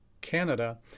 Canada